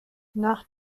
nach